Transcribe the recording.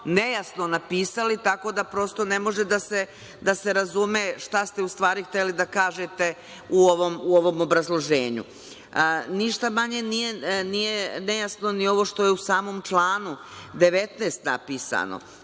nejasno napisali tako da prosto ne može da se razume šta ste u stvari hteli da kažete u ovom obrazloženju. Ništa manje nije nejasno ni ovo što je u samom članu 19. napisano.